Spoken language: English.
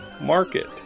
market